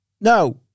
no